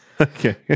Okay